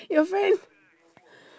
your friend